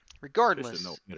regardless